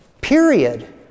Period